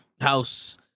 House